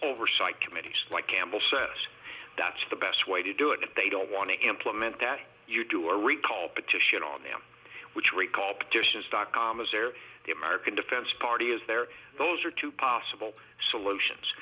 oversight committees like campbell says that's the best way to do it if they don't want to implement that you do a recall petition on them which recall petitions dot com as are the american defense party is there those are two possible solutions